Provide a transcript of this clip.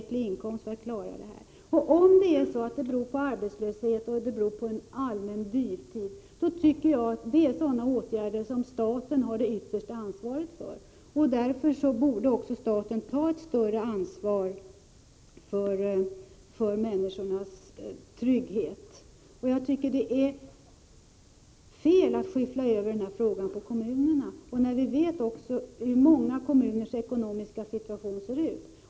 Om nödvändigheten att få socialhjälp för att klara sin ekonomi beror på arbetslöshet och på en allmän dyrtid, tycker jag att det handlar om sådana spörsmål som staten har det yttersta ansvaret för. Därför borde också staten ta ett större ansvar för människornas trygghet. Jag tycker att det är fel att skyffla över den här frågan på kommunerna. Vi vet hur många kommuners ekonomiska situation ser ut.